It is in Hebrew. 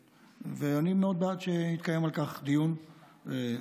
ואני מאוד בעד שנקיים על כך דיון סדור.